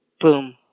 boom